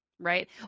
Right